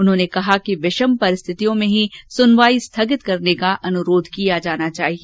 उन्होंने कहा कि विषम परिस्थितियों में ही सुनवाई स्थगित करने का अनुरोध किया जाना चाहिए